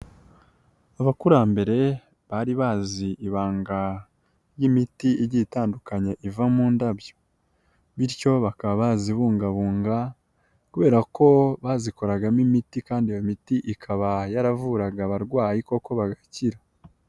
Abakurambere bari bazi ibanga ry'imiti igiye itandukanye iva mu ndabyo bityo bakaba bazibungabunga kubera ko bazikoragamo imiti kandi iyo miti ikaba yaravuraga abarwayi koko bagakira.